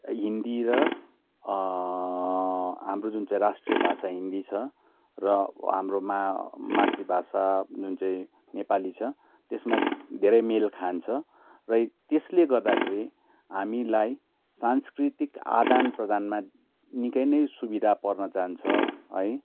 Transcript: हिन्दी र हाम्रो जुन चाहिँ राष्ट्रिय भाषा हिन्दी छ र हाम्रोमा मातृभाषा जुन चाहिँ नेपाली छ त्यसमा धेरै मेल खान्छ र त्यसले गर्दाखेरि हामीलाई सांस्कृतिक आदान प्रदानमा निक्कै नै सुविधा पर्न जान्छ है